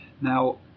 Now